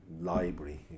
library